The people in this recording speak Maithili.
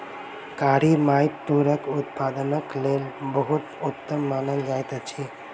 कारी माइट तूरक उत्पादनक लेल बहुत उत्तम मानल जाइत अछि